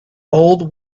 old